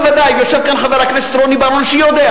ויושב כאן חבר הכנסת רוני בר-און שיודע